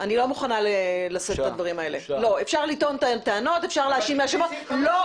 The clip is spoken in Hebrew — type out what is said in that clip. אני מבקש ממך שתקראי את סעיף 15. לא,